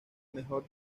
mejor